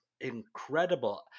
incredible